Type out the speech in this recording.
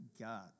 God